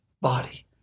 body